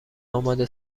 آماده